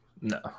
No